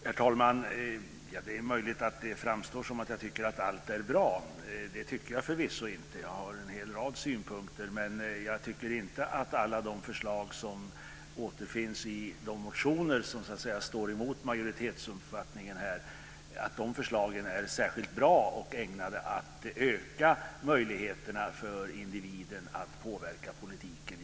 Herr talman! Det är möjligt att det framstår som om jag tycker att allt är bra. Det tycker jag förvisso inte. Jag har en hel rad synpunkter, men jag tycker inte att alla de förslag som återfinns i de motioner som står emot majoritetsuppfattningen är särskilt bra och ägnade att öka möjligheterna för individen att påverka politiken.